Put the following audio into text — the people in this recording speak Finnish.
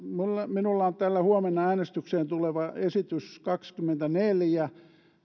minulla on täällä huomenna äänestykseen tuleva esitys kaksikymmentäneljä